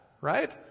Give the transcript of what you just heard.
right